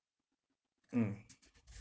mm